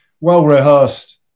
well-rehearsed